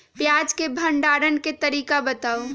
प्याज के भंडारण के तरीका बताऊ?